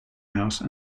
house